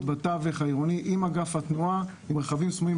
בתווך העירוני עם אגף התנועה עם רכבים סמויים.